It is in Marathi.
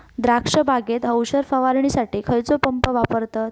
द्राक्ष बागेत औषध फवारणीसाठी खैयचो पंप वापरतत?